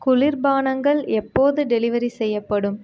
குளிர்பானங்கள் எப்போது டெலிவரி செய்யப்படும்